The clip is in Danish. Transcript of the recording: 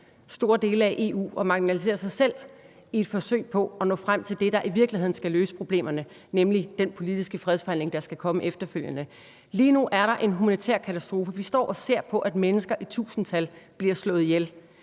store dele af EU og at marginalisere sig selv i et forsøg på at nå frem til det, der i virkeligheden skal løse problemerne, nemlig den politiske fredsforhandling, der skal komme efterfølgende. Lige nu er der en humanitær katastrofe. Vi står og ser på, at mennesker i tusindtal bliver slået ihjel,